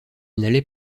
n’allait